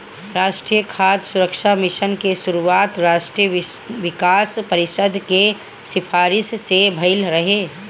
राष्ट्रीय खाद्य सुरक्षा मिशन के शुरुआत राष्ट्रीय विकास परिषद के सिफारिस से भइल रहे